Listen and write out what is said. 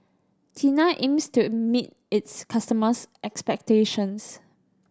Tena aims to meet its customers' expectations